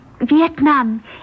Vietnam